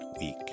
week